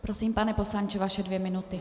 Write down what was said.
Prosím, pane poslanče, vaše dvě minuty.